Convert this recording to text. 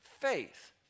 faith